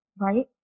right